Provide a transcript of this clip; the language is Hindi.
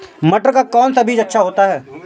मटर का कौन सा बीज अच्छा होता हैं?